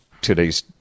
today's